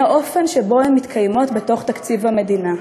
האופן שבו הן מתקיימות בתוך תקציב המדינה.